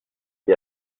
qui